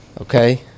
Okay